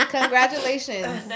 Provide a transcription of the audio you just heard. Congratulations